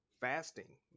fasting